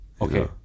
Okay